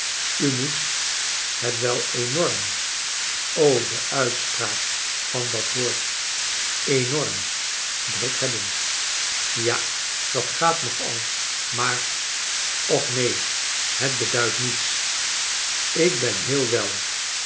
u moet het wel enorm o de uitspraak van dat woord enorm druk hebben ja dat gaat nog al maar och neen het beduidt niets ik ben heel wel